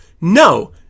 No